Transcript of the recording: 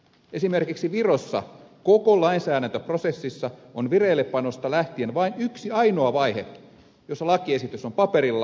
esimerkiksi virossa koko lainsäädäntöprosessissa on vireillepanosta lähtien vain yksi ainoa vaihe jossa lakiesitys on paperilla